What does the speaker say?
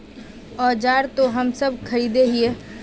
औजार तो हम सब खरीदे हीये?